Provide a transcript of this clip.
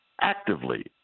actively